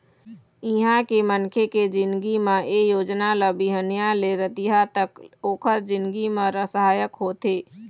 इहाँ के मनखे के जिनगी म ए योजना ल बिहनिया ले रतिहा तक ओखर जिनगी म सहायक होथे